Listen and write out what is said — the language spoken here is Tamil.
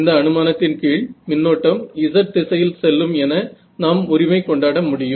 இந்த அனுமானத்தின் கீழ் மின்னோட்டம் z திசையில் செல்லும் என நாம் உரிமை கொண்டாட முடியும்